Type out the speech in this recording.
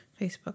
Facebook